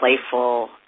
playful